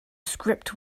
script